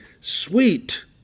sweet